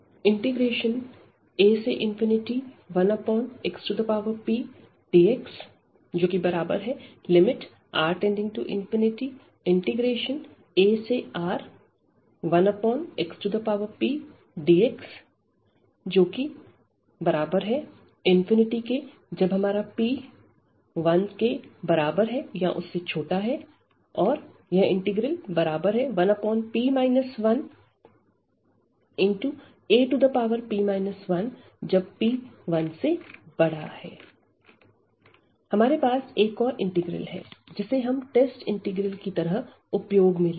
a1xpdxR→∞⁡aR1xpdx ∞p≤1 1p 11ap 1p1 हमारे पास एक और इंटीग्रल है जिसे हम टेस्ट इंटीग्रल की तरह उपयोग में लेंगे